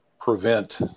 prevent